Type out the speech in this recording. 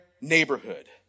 neighborhood